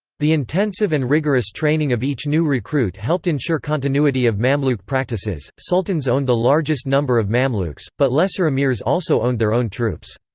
the intensive and rigorous training of each new recruit helped ensure continuity of mamluk practices sultans owned the largest number of mamluks, but lesser amirs also owned their own troops.